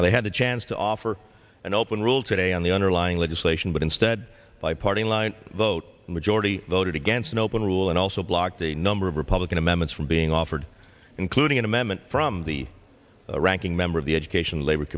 and they had a chance to offer an open rule today on the underlying legislation but instead by party line vote majority voted against an open rule and also blocked a number of republican amendments from being offered including an amendment from the ranking member of the education labor